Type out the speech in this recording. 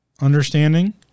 understanding